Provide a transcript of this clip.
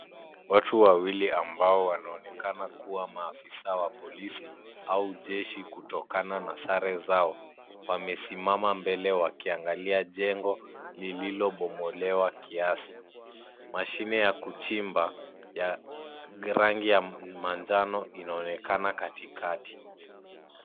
Watu wawili ambao wanaonekana kuwa maafisa wa polisi au jeshi kutokana na sare zao, wamesimama mbele wakiangalia jengo lililobomolewa kiasi. Mashine ya kuchimba ya rangi ya manjano inaonekana katikati.